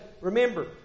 remember